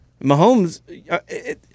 Mahomes